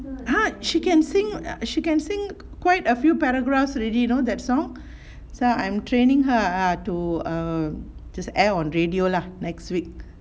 ah she can sing she can sing quite a few paragraphs already you know that song so I'm training her ah to um just air on radio lah next week